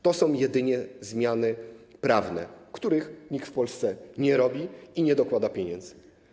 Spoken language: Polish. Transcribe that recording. To są jedynie zmiany prawne, których nikt w Polsce nie wprowadza, nie dokłada też pieniędzy.